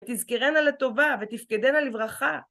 תזכרנה לטובה ותפקדנה לברכה.